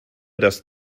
das